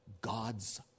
God's